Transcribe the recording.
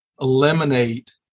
eliminate